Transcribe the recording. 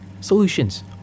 solutions